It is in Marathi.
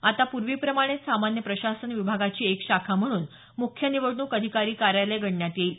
आता पूर्वी प्रमाणेच सामान्य प्रशासन विभागाची एक शाखा म्हणून मुख्य निवडणूक अधिकारी कार्यालय गणण्यात येईल